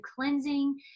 cleansing